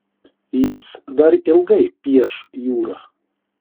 jis dar ilgai pieš jūrą